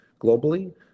globally